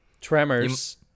Tremors